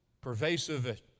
pervasive